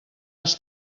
els